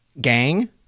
gang